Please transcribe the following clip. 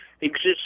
exists